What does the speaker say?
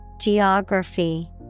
Geography